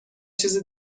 چیزه